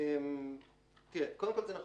זה נכון.